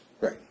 Right